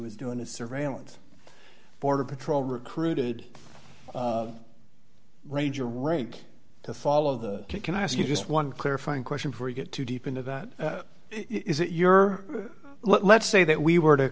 was doing his surveillance border patrol recruited ranger rank to follow the can i ask you just one clarifying question for you get too deep into that is it your let's say that we were to